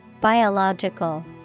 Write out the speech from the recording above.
Biological